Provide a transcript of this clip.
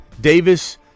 Davis